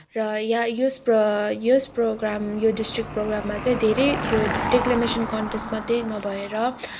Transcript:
र यहाँ यस प्र यस प्रोग्राम यो डिस्ट्रिक्ट प्रोग्राममा चाहिँ धेरै थियो डिक्लामेसन कन्टेस्ट मात्रै नभएर